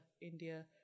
India